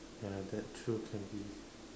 ya that too can be